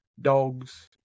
dogs